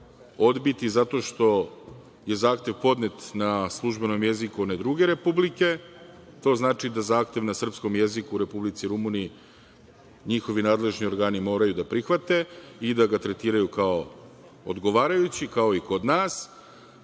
odbiti zato što je zahtev podnet na službenom jeziku one druge republike. To znači da zahtev na srpskom jeziku u Republici Rumuniji njihovi nadležni organi moraju da prihvate i da ga tretiraju kao odgovarajući, kao i kod nas.